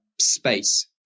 space